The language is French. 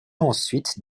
ensuite